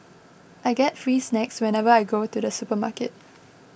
I get free snacks whenever I go to the supermarket